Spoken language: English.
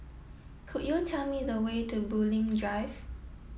could you tell me the way to Bulim Drive